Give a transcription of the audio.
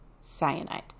cyanide